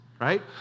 right